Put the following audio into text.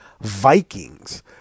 Vikings